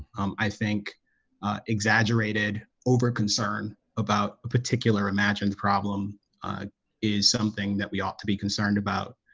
um i think exaggerated over concern about a particular imagined problem, ah is something that we ought to be concerned about